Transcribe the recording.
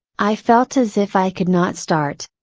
i felt as if i could not start.